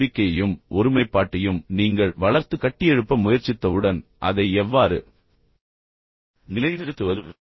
இந்த நம்பிக்கையையும் ஒருமைப்பாட்டையும் நீங்கள் வளர்த்துக் கட்டியெழுப்ப முயற்சித்தவுடன் அதை எவ்வாறு நிலைநிறுத்துவது